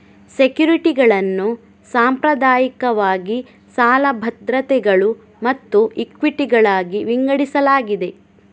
ಸೆಕ್ಯುರಿಟಿಗಳನ್ನು ಸಾಂಪ್ರದಾಯಿಕವಾಗಿ ಸಾಲ ಭದ್ರತೆಗಳು ಮತ್ತು ಇಕ್ವಿಟಿಗಳಾಗಿ ವಿಂಗಡಿಸಲಾಗಿದೆ